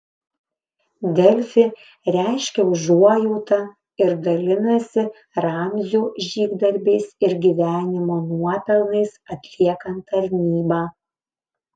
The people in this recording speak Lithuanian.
delfi reiškia užuojautą ir dalinasi ramzio žygdarbiais ir gyvenimo nuopelnais atliekant tarnybą